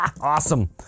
awesome